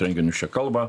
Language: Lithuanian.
renginius čia kalba